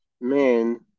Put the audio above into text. man